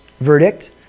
verdict